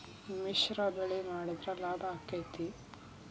ಮಿಶ್ರ ಬೆಳಿ ಮಾಡಿದ್ರ ಲಾಭ ಆಕ್ಕೆತಿ?